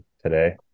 today